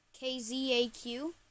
KZAQ